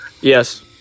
Yes